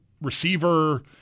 receiver